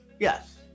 yes